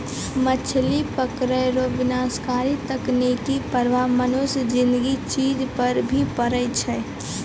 मछली पकड़ै रो विनाशकारी तकनीकी प्रभाव मनुष्य ज़िन्दगी चीज पर भी पड़ै छै